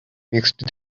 mixed